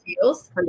feels